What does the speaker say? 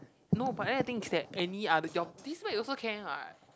no but then the thing is that any other your this bag also can [what]